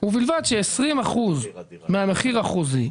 ובלבד ש-20% מהמחיר החוזי,